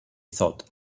thought